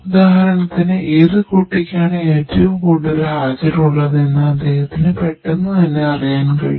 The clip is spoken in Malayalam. ഉദാഹരണത്തിന് ഏത് കുട്ടിക്കാണ് ഏറ്റവും കൂടുതൽ ഹാജർ ഉള്ളത് എന്ന് അദ്ദേഹത്തിന് പെട്ടന്ന് തന്നെ അറിയാൻ ആകും